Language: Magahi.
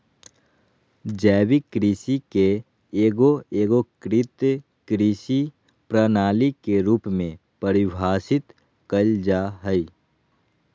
जैविक कृषि के एगो एगोकृत कृषि प्रणाली के रूप में परिभाषित कइल जा हइ